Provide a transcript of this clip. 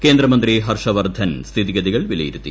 കേന്ദ്രമന്ത്രി ഹർഷവർദ്ധൻ സ്ഥിതിഗതികൾ വിലയിരുത്തു